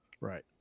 Right